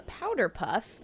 Powderpuff